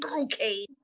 okay